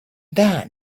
then